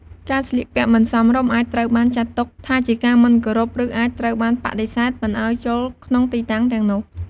ការស្លៀកពាក់មិនសមរម្យអាចត្រូវបានចាត់ទុកថាជាការមិនគោរព ឬអាចត្រូវបានបដិសេធមិនឱ្យចូលក្នុងទីតាំងទាំងនោះ។